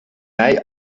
mei